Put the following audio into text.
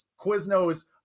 Quiznos